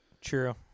True